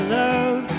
love